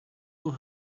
will